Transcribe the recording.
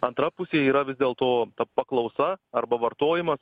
antra pusė yra vis dėlto ta paklausa arba vartojimas